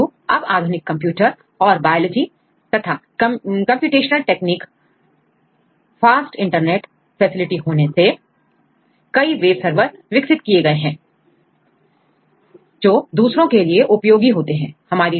किंतु अब आधुनिक कंप्यूटर और बायोलॉजी तथा computational technique fast internet facility होने सेकई वेब सर्वर विकसित किए गए हैं जो दूसरों के लिए भी उपयोगी होते हैं